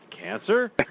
cancer